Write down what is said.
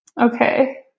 Okay